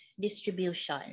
distribution